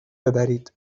ببرید